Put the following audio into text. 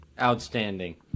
Outstanding